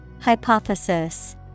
Hypothesis